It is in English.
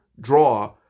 draw